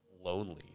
lonely